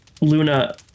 Luna